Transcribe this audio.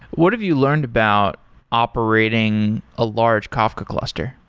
what have you learned about operating a large kafka cluster?